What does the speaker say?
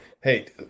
hey